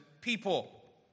people